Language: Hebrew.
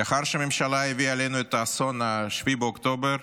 לאחר שהממשלה הביאה לנו את אסון 7 באוקטובר,